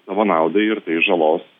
savo naudai ir tai žalos